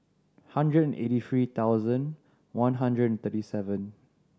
hundred and eighty three thousand one hundred and thirty seven